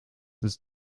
ist